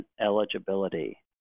eligibility